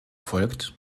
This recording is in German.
folgt